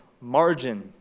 margin